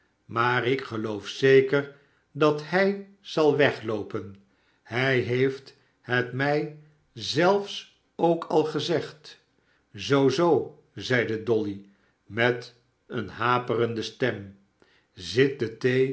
maar ik geloof zeker dat hij zal wegloopen hij heeft het mij zelfs ook al gezegd zo o zeide dolly met eene haperende stem zit de